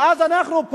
ואז אנחנו,